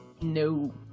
no